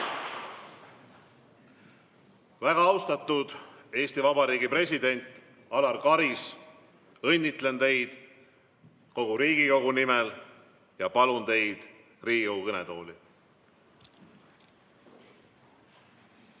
Väga austatud Eesti Vabariigi president Alar Karis, õnnitlen teid Riigikogu nimel ja palun teid Riigikogu kõnetooli!